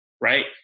Right